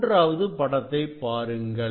மூன்றாவது படத்தைப் பாருங்கள்